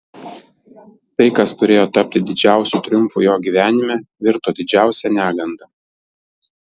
tai kas turėjo tapti didžiausiu triumfu jo gyvenime virto didžiausia neganda